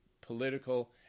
political